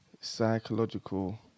psychological